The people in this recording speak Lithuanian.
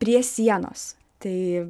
prie sienos tai